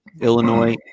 Illinois